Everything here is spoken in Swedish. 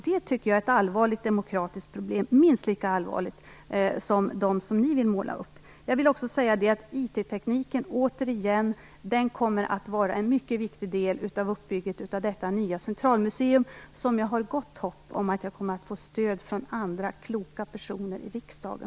Det tycker jag är ett allvarligt demokratiskt problem. Det är minst lika allvarligt som de problem som ni vill måla upp. Jag vill återigen säga att IT-tekniken kommer att vara en mycket viktig del av uppbyggnaden av detta nya centralmuseum. Jag har gott hopp om att jag kommer att få stöd för det från andra kloka personer i riksdagen.